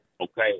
Okay